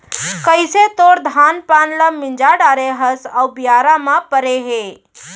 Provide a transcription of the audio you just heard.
कइसे तोर धान पान ल मिंजा डारे हस अउ बियारा म परे हे